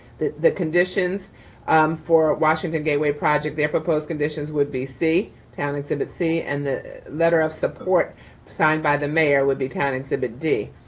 the the conditions for washington gateway project, their proposed conditions would be c, town exhibit c, and the letter of support signed by the mayor would be town exhibit d.